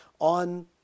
on